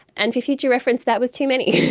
and for future reference, that was too many.